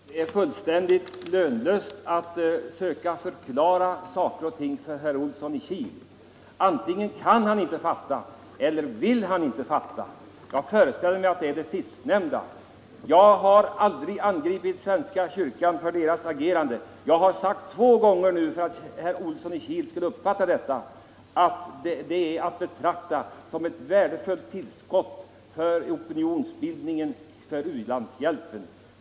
Herr talman! Det är fullständigt lönlöst att försöka förklara saker och ting för herr Olsson i Kil. Antingen kan han inte fatta eller vill han inte fatta. Jag föreställer mig att det är fråga om det sistnämnda förhållandet. Jag har som jag tidigare sagt aldrig angripit svenska kyrkan för dess agerande. Jag har framhållit detta två gånger för att herr Olsson i Kil skulle uppfatta det: namninsamlingen är att betrakta som ett värdefullt tillskott till opinionsbildningen för u-landshjälpen.